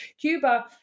Cuba